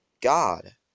God